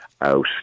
out